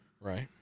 Right